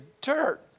dirt